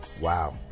wow